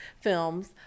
films